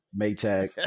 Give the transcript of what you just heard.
Maytag